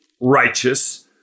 righteous